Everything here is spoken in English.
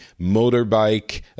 motorbike